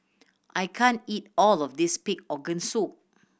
I can't eat all of this pig organ soup